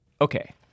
Okay